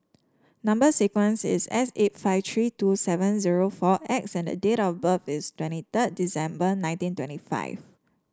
number sequence is S eight five three two seven zero four X and date of birth is twenty third December nineteen twenty five